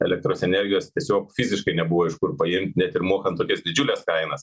elektros energijos tiesiog fiziškai nebuvo iš kur paimt net ir mokant tokias didžiules kainas